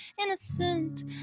Innocent